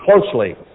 closely